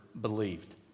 believed